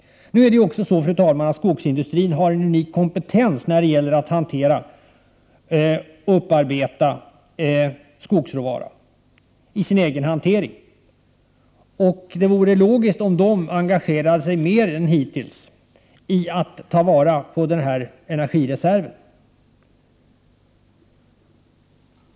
Nu är det också så, fru talman, att skogsindustrin har en unik kompetens när det gäller att hantera och upparbeta skogsråvaran i sin egen hantering. Det vore logiskt om skogsindustrin engagerade sig mer än hittills i att ta vara på den här energireserven.